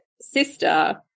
sister